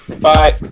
Bye